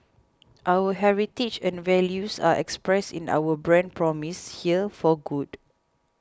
our heritage and values are expressed in our brand promise here for good